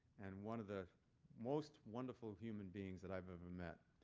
and one of the most wonderful human beings that i've ever met,